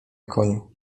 koniu